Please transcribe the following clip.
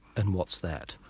and what's that?